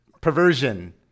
perversion